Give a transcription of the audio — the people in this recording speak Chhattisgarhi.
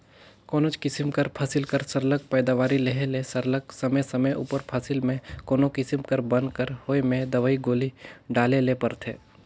कोनोच किसिम कर फसिल कर सरलग पएदावारी लेहे ले सरलग समे समे उपर फसिल में कोनो किसिम कर बन कर होए में दवई गोली डाले ले परथे